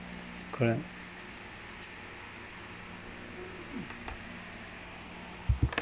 correct